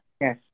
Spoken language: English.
Yes